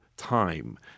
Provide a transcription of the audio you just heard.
Time